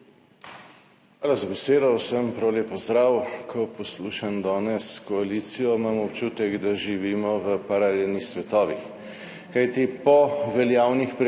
Hvala za besedo. Vsem prav lep pozdrav! Ko poslušam danes koalicijo, imam občutek, da živimo v paralelnih svetovih. Kajti, po veljavnih predpisih,